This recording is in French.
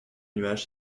nuages